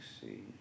see